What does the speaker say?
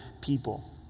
people